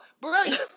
Brilliant